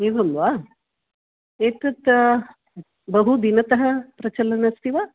एवं वा एतत् बहु दिनतः प्रचलन् अस्ति वा